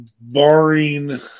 barring